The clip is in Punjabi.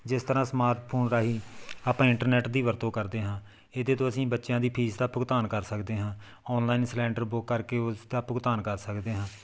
ਜਿਸ ਤਰ੍ਹਾਂ ਸਮਾਰਟ ਫੋਨ ਰਾਹੀਂ ਆਪਾਂ ਇੰਟਰਨੈਟ ਦੀ ਵਰਤੋਂ ਕਰਦੇ ਹਾਂ ਇਹਦੇ ਤੋਂ ਅਸੀਂ ਬੱਚਿਆਂ ਦੀ ਫੀਸ ਦਾ ਭੁਗਤਾਨ ਕਰ ਸਕਦੇ ਹਾਂ ਔਨਲਾਈਨ ਸਿਲੈਡਰ ਬੁੱਕ ਕਰਕੇ ਉਸ ਦਾ ਭੁਗਤਾਨ ਕਰ ਸਕਦੇ ਹਾਂ